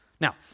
Now